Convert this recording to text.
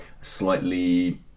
slightly